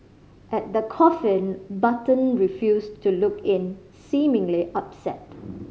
at the coffin Button refused to look in seemingly upset